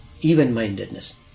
even-mindedness